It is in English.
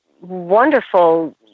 wonderful